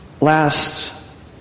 last